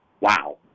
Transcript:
Wow